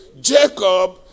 Jacob